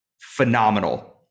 phenomenal